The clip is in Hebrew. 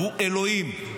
הוא אלוהים.